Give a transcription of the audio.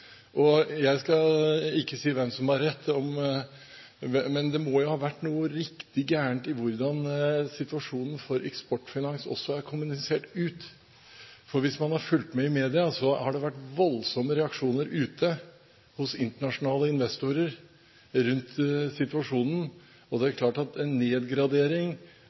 finansmarkedet. Jeg skal ikke si hvem som har rett, men det må jo ha vært noe riktig galt med hensyn til hvordan situasjonen for Eksportfinans er kommunisert ut, for hvis man har fulgt med i media, har det vært voldsomme reaksjoner ute hos internasjonale investorer rundt situasjonen. Det er klart at en nedgradering